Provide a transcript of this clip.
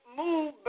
move